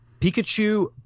Pikachu